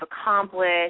accomplished